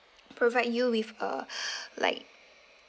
provide you with a like